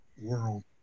world